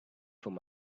from